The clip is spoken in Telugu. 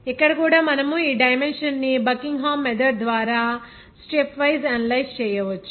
ఇక్కడ కూడా మనము ఈ డైమెన్షన్ ని బకింగ్హామ్ మెథడ్ ద్వారా స్టెప్ వైస్ అనలైజ్ చేయవచ్చు